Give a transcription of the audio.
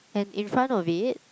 and in front of it